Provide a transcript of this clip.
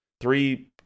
three